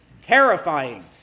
terrifying